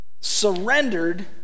surrendered